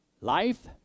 life